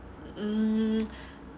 um